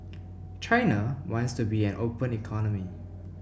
China wants to be an open economy